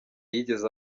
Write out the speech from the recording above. yigeze